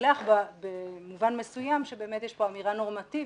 לילך במובן מסוים שבאמת יש פה אמירה נורמטיבית,